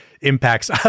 impacts